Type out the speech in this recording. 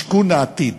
משכון העתיד.